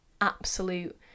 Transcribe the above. absolute